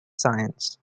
science